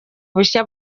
bushya